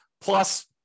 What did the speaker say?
plus